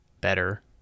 better